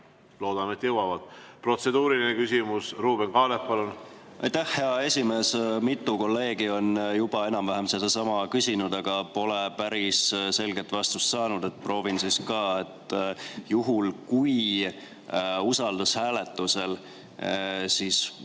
loodame, et jõuavad. Protseduuriline küsimus, Ruuben Kaalep, palun! Aitäh, hea esimees! Mitu kolleegi on juba enam-vähem sedasama küsinud, aga pole päris selget vastust saanud, nii et proovin siis ka. Juhul, kui usaldushääletusel Riigikogu